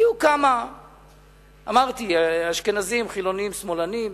היו כמה אשכנזים חילונים שמאלנים,